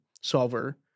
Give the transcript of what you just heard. solver